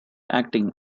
acting